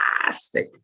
fantastic